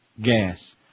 gas